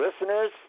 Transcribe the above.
Listeners